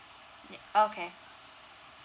okay